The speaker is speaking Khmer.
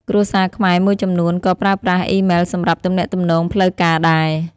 គ្រួសារខ្មែរមួយចំនួនក៏ប្រើប្រាស់អ៊ីម៉ែលសម្រាប់ទំនាក់ទំនងផ្លូវការដែរ។